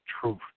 truth